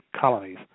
colonies